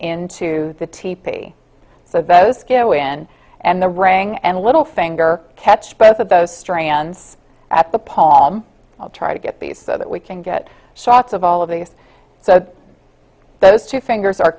into the tepee so those go in and the ring and little finger catch both of those strands at the pom try to get these so that we can get shots of all of these those two fingers are